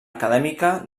acadèmica